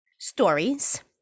stories